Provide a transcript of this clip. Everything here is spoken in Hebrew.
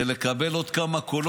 מה שמעניין אתכם זה לקבל עוד כמה קולות,